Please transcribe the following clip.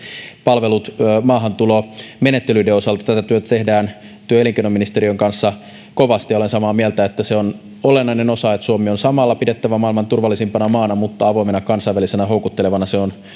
palvelut maahantulomenettelyiden osalta tätä työtä tehdään työ ja elinkeinoministeriön kanssa kovasti olen samaa mieltä että se on olennainen osa että suomi on pidettävä maailman turvallisimpana maana mutta samalla avoimena kansainvälisenä houkuttelevana se on